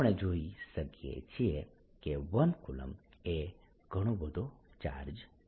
આપણે જોઈ શકીએ છીએ કે 1 કુલંબ એ ઘણો બધો ચાર્જ છે